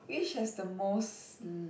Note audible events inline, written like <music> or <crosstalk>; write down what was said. which has the most <breath>